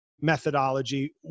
methodology